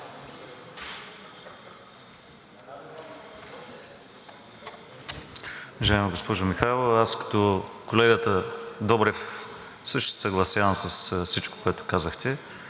Уважаема госпожо Михайлова, аз като колегата Добрев също се съгласявам с всичко, което казахте.